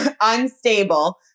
unstable